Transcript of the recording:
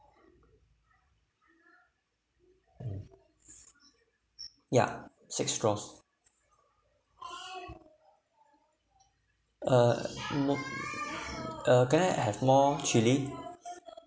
yeah six straws uh mo~ uh can I have more chili